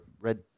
red